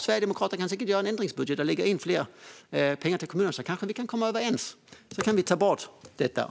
Sverigedemokraterna kan säkert göra en ändringsbudget och lägga in mer pengar till kommunerna. Kanske kan vi komma överens? Då kan vi ta bort detta.